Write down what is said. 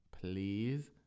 please